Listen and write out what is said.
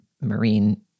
marine